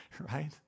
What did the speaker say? right